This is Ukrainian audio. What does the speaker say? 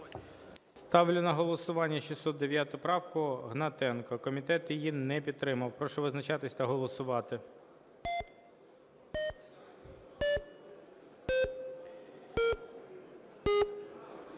Ставиться на голосування 609 правку Гнатенко. Комітет її не підтримав. Прошу визначатися та голосувати.